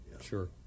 sure